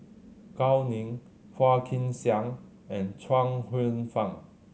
Gao Ning Phua Kin Siang and Chuang Hsueh Fang